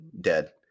dead